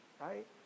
right